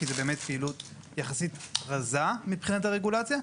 כי זו באמת פעילות יחסית רזה מבחינת הרגולציה.